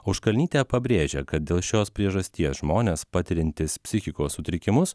auškalnytė pabrėžia kad dėl šios priežasties žmonės patiriantys psichikos sutrikimus